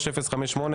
דגושה.